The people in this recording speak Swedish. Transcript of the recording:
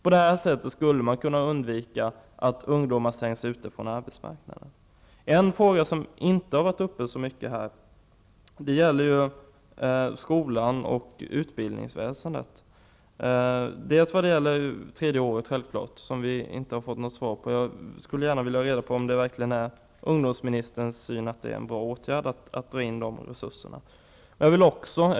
På detta sätt skulle man kunna undvika att ungdomar stängs ute från arbetsmarknaden. En fråga som inte har varit uppe så mycket här är skolan och utbildningsväsendet. Vi har inte fått något svar på detta med det tredje året i gymnasieskolan. Jag skulle gärna vilja veta om ungdomsministern anser att det är en bra åtgärd att dra in de resurserna.